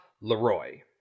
LeRoy